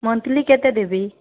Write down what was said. monthly କେତେ ଦେବି